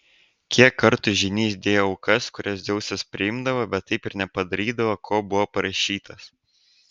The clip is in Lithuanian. kiek kartų žynys dėjo aukas kurias dzeusas priimdavo bet taip ir nepadarydavo ko buvo prašytas